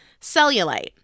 cellulite